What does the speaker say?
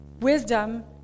Wisdom